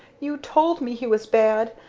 you told me he was bad!